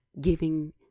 giving